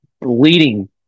leading